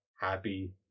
happy